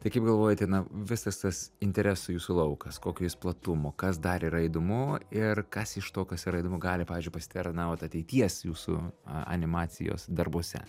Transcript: tai kaip galvojate na visas tas interesų jūsų laukas kokio jis platumo kas dar yra įdomu ir kas iš to kas yra įdomu gali pavyzdžiui pasitarnaut ateities jūsų animacijos darbuose